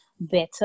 better